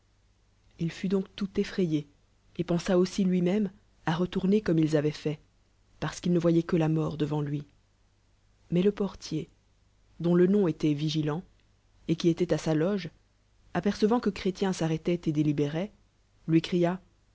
il fut donc tout effrayé et pema aussi lui-méme à retourner colme ils avoient fait parce qu'il ne voyoil que la mort devant lui mais le portier dont le nom éloit t'elan et qui éloit à sa loge apercevant que chrétien s'arrêtait et déliuroit lui cria